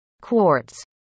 Quartz